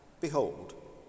Behold